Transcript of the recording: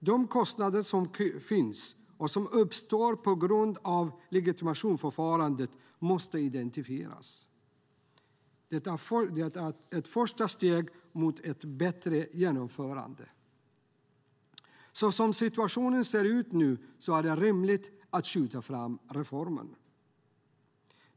De kostnader som uppstår på grund av legitimationsförfarandet måste identifieras. Det är ett första steg mot ett bättre genomförande. Såsom situationen ser ut nu är det rimligt att skjuta fram reformen.